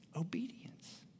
obedience